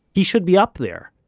he should be up there,